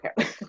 Okay